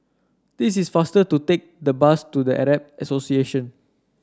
this is faster to take the bus to The Arab Association